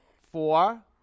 Four